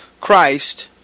Christ